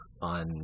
On